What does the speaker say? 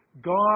God